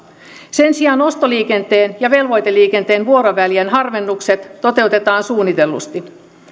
sen sijaan ostoliikenteen ja velvoiteliikenteen vuorovälien harvennukset toteutetaan suunnitellusti